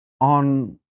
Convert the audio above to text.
on